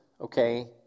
okay